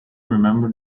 remember